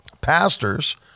pastors